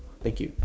thank you